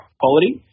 quality